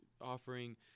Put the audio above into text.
offering